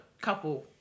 Couple